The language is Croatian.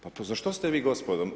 Pa za što ste vi gospodo?